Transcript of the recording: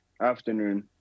afternoon